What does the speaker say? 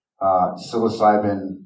psilocybin